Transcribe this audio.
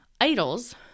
idols